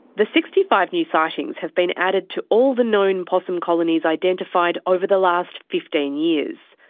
the sixty five new sightings have been added to all the known possum colonies identified over the last fifteen years.